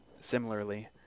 similarly